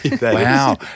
Wow